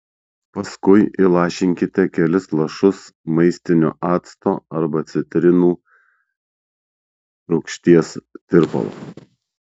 paskui įlašinkite kelis lašus maistinio acto arba citrinų rūgšties tirpalo